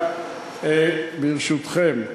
ברשותכם,